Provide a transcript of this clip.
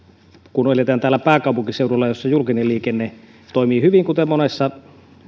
kun eletään täällä pääkaupunkiseudulla jossa julkinen liikenne toimii hyvin kuten monessa